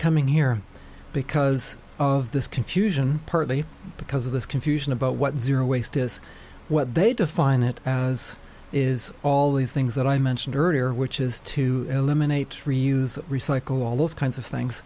coming here because of this confusion partly because of this confusion about what zero waste is what they define it as is all the things that i mentioned earlier which is to eliminate reuse recycle all those kinds of things